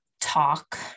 talk